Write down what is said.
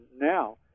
now